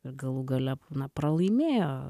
ir galų gale pralaimėjo